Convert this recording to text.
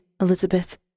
Elizabeth